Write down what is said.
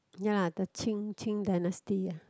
ya lah the Qing Qing-Dynasty lah